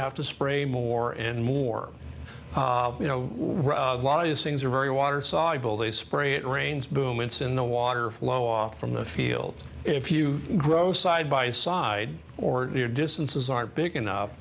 have to spray more and more you know a lot of these things are very water soluble they spray it rains boom it's in the water flow off from the field if you grow side by side or your distances aren't big enough